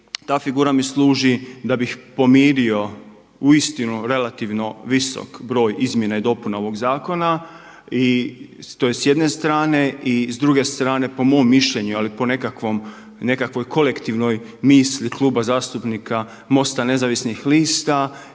ta figura mi služi da bih pomirio uistinu relativno visok broj izmjena i dopuna ovog zakona i to je s jedne strane. I s druge strane, po mom mišljenju ali i po nekakvoj kolektivnoj misli Kluba zastupnika MOST-a Nezavisnih lista